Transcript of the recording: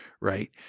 Right